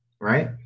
right